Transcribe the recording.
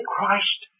Christ